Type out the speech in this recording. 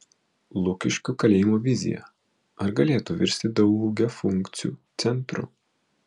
lukiškių kalėjimo vizija ar galėtų virsti daugiafunkciu centru